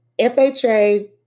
FHA